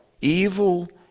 evil